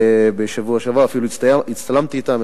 בשבוע שעבר, אפילו הצטלמתי אתן.